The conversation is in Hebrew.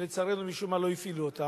ולצערנו, משום מה לא הפעילו אותו.